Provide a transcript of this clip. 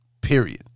period